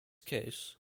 case